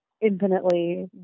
infinitely